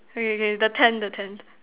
okay K the tent the tent